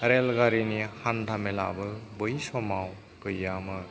rail गारिनि हान्थामेलाबो बै समाव गैयामोन